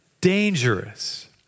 dangerous